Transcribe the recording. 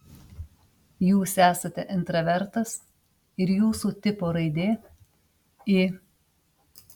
jūs esate intravertas ir jūsų tipo raidė i